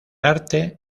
arte